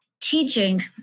Teaching